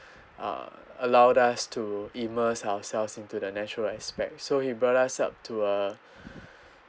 uh allowed us to immerse ourselves into the natural aspect so he brought us up to a